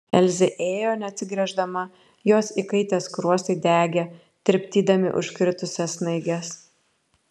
elzė ėjo neatsigręždama jos įkaitę skruostai degė tirpdydami užkritusias snaiges